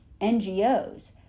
NGOs